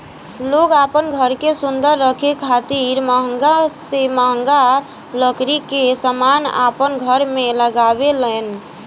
लोग आपन घर के सुंदर रखे खातिर महंगा से महंगा लकड़ी के समान अपन घर में लगावे लेन